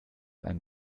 ein